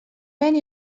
vent